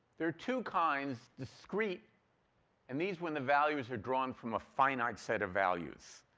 there are two kinds, discrete and these when the values are drawn from a finite set of values.